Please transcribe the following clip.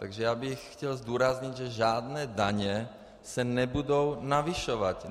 Takže já bych chtěl zdůraznit, že žádné daně se nebudou navyšovat.